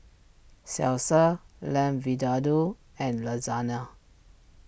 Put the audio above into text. Salsa Lamb Vindaloo and Lasagna